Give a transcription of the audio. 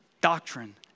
Doctrine